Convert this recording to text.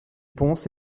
pons